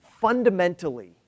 fundamentally